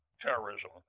terrorism